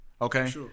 Okay